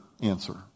answer